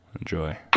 enjoy